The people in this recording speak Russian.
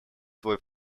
свой